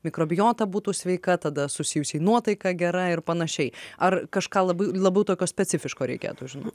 mikrobiota būtų sveika tada susijusi nuotaika gera ir panašiai ar kažką labai labiau tokio specifiško reikėtų žinot